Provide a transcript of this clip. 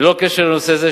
ללא קשר לנושא זה,